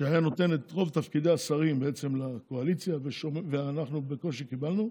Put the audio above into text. שהיה נותן את רוב תפקידי השרים בעצם לקואליציה ואנחנו בקושי קיבלנו,